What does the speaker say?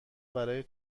برای